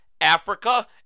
Africa